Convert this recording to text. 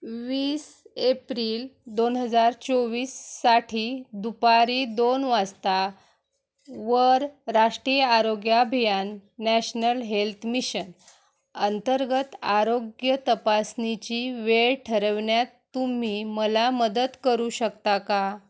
वीस एप्रिल दोन हजार चोवीससाठी दुपारी दोन वाजता वर राष्ट्रीय आरोग्य अभियान नॅशनल हेल्थ मिशन अंतर्गत आरोग्य तपासणीची वेळ ठरवण्यात तुम्ही मला मदत करू शकता का